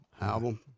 Album